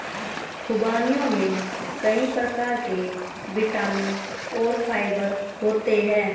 ख़ुबानियों में कई प्रकार के विटामिन और फाइबर होते हैं